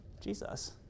Jesus